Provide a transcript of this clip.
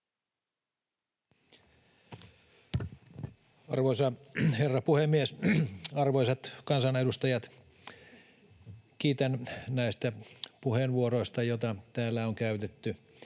Arvoisa herra puhemies, arvoisat kansanedustajat! Kiitän näistä puheenvuoroista, joita täällä on käytetty,